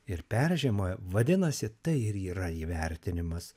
ir peržiemojo vadinasi tai ir yra įvertinimas